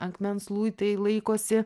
akmens luitai laikosi